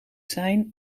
zijn